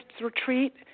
Retreat